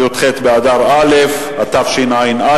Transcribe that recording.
י"ח באדר א' התשע"א,